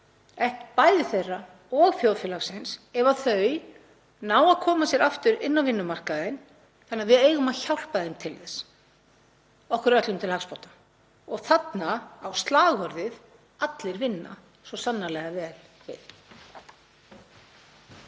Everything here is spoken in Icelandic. bæði þeirra og þjóðfélagsins, ef þeir ná að koma sér aftur inn á vinnumarkaðinn, þannig að við eigum að hjálpa þeim til þess, okkur öllum til hagsbóta. Þarna á slagorðið Allir vinna svo sannarlega vel við.